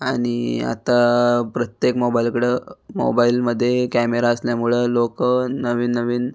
आणि आत्ता प्रत्येक मोबाईलकडं मोबाईलमध्ये कॅमेरा असल्यामुळं लोकं नवीन नवीन